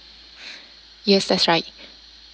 yes that's right